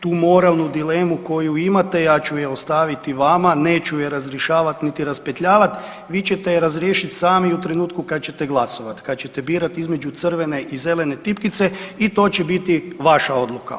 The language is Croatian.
Tu moralnu dilemu koju imate, ja ću je ostaviti vama, neću je razrješavati niti raspetljavati, vi ćete je razriješiti sami u trenutku kada ćete glasovati, kada ćete birati između crvene i zelene tipkice i to će biti vaša odluka.